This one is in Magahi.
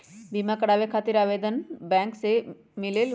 बिमा कराबे खातीर आवेदन बैंक से मिलेलु?